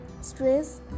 stress